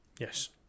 yes